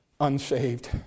unsaved